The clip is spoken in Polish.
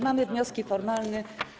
Mamy wnioski formalne.